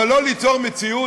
אבל לא ליצור מציאות,